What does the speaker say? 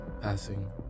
passing